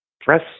press